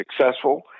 successful